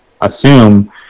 assume –